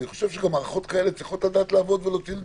אני חושב שמערכות כאלה צריכות לדעת לעבוד ולהוציא נתונים.